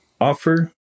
offer